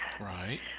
Right